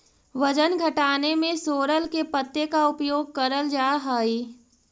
वजन घटाने में सोरल के पत्ते का उपयोग करल जा हई?